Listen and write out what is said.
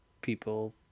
people